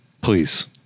please